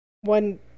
One